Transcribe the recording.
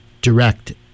direct